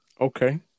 Okay